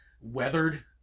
weathered